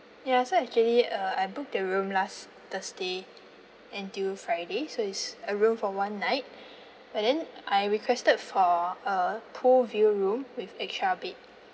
ya so actually uh I booked the room last thursday untill friday so it's a room for one night but then I requested for a pool view room with extra bed